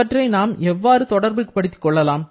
இவற்றை நாம் எவ்வாறு தொடர்பு படுத்திக் கொள்ளலாம்